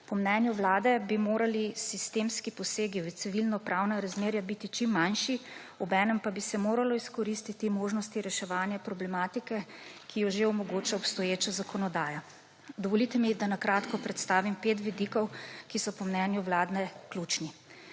Po mnenju Vlade bi morali sistemski posegi v civilnopravna razmerja biti čim manjši, obenem pa bi se moralo izkoristiti možnosti reševanja problematike, ki jo že omogoča obstoječa zakonodaja. Dovolite mi, da na kratko predstavim pet vidikov, ki so po mnenju Vlade ključni.